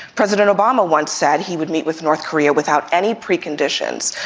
president obama once said he would meet with north korea without any preconditions.